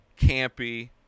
campy